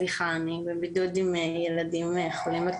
אני אשמח שתחזור על השאלה ששאלת לגבי מרכזי עוצמה שלא